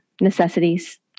necessities